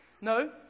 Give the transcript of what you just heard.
no